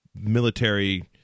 military